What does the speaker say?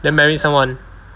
then marry someone